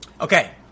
Okay